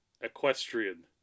equestrian